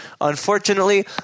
unfortunately